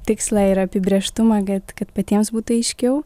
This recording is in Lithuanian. tikslą ir apibrėžtumą kad kad patiems būtų aiškiau